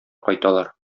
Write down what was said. кайталар